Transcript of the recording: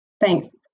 Thanks